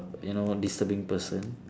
you know disturbing person